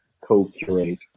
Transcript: co-curate